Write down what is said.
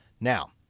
Now